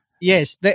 Yes